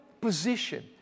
position